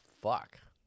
fuck